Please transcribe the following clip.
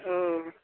औ